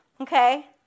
Okay